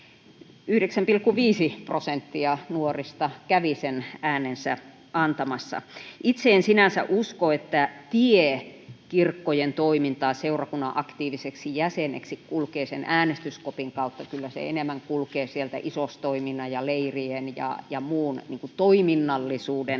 9,5 prosenttia nuorista kävi sen äänensä antamassa. Itse en sinänsä usko, että tie kirkkojen toimintaan seurakunnan aktiiviseksi jäseneksi kulkee sen äänestyskopin kautta, kyllä se enemmän kulkee sieltä isostoiminnan ja leirien ja muun toiminnallisuuden